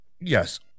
Yes